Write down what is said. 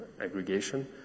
aggregation